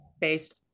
based